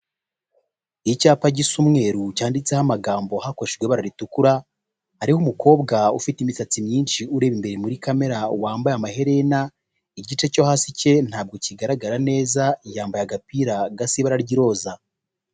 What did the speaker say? Icyapa gisa umweruru cyanditseho amagambo hakoreshejwe ibara ritukura, hari umukobwa ufite imisatsi myinshi uri imbere muri kamera wambaye amaherena, igice cyo hasi cye ntabwo kigaragara neza yambaye agapira gasize ibara ry'iroza.